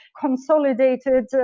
consolidated